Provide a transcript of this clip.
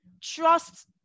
trust